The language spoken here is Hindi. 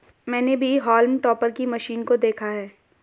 मैंने भी हॉल्म टॉपर की मशीन को देखा है